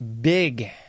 big